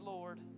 Lord